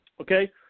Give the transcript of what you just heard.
okay